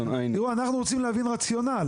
תראו, אנחנו רוצים להבין רציונל.